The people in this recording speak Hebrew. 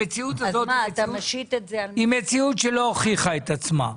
המציאות הזאת היא מציאות שלא הוכיחה את עצמה.